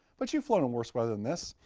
but you're flown worse weather than this.